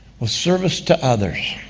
was service to others.